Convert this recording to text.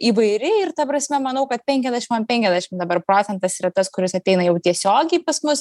įvairi ir ta prasme manau kad penkiasdešim ant penkiasdešim dabar procentas yra tas kuris ateina jau tiesiogiai pas mus